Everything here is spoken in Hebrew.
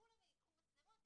כולם ייקחו מצלמות,